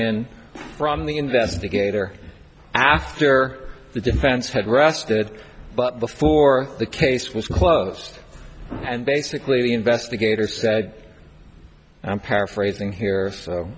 in from the investigator after the defense had rested but before the case was closed and basically the investigator said i'm paraphrasing